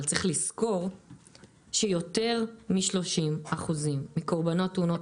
אבל צריך לזכור שיותר מ-30% מקורבנות תאונות